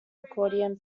accordion